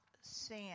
sin